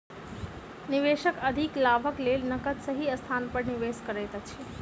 निवेशक अधिक लाभक लेल नकद सही स्थान पर निवेश करैत अछि